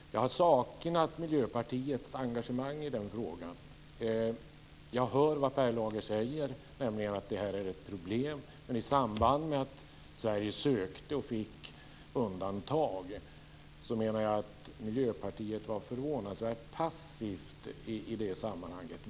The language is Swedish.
Jag har saknat Miljöpartiets engagemang i den frågan. Jag hör att Per Lager säger att det här är ett problem, men jag menar att Miljöpartiet i samband med att Sverige sökte och fick detta undantag var förvånansvärt passivt.